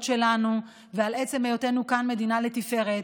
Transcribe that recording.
שלנו ועל עצם היותנו כאן מדינה לתפארת.